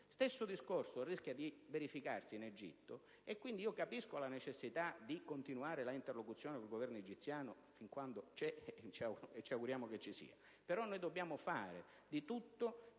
stessa situazione rischia di verificarsi in Egitto. Capisco quindi la necessità di continuare l'interlocuzione con il Governo egiziano fin quando c'è, e ci auguriamo che ci sia,